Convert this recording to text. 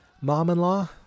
Mom-in-law